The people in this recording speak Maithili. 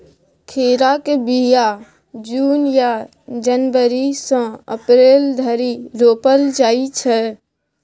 खीराक बीया जुन या जनबरी सँ अप्रैल धरि रोपल जाइ छै